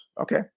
okay